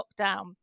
lockdown